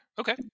Okay